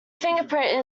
fingerprint